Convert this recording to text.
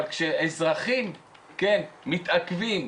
אבל כשאזרחים מתעכבים,